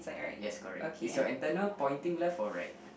yes correct is your antenna pointing left or right